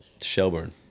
Shelburne